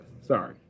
Sorry